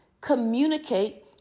Communicate